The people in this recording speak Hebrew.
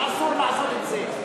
ואסור לעשות את זה,